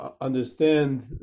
understand